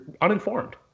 uninformed